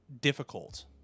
difficult